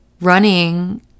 running